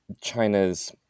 China's